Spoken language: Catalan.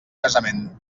casament